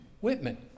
Whitman